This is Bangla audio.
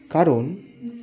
কারণ